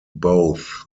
both